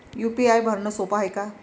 UPI भरनं सोप हाय का?